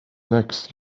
next